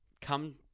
come